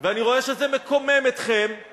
ואני רואה שזה מקומם אתכם,